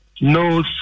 No